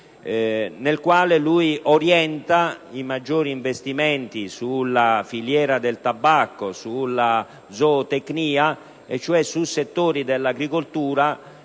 nel quale lui orienta i maggiori investimenti sulla filiera del tabacco e sulla zootecnia, cioè su settori dell'agricoltura